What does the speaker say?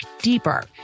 deeper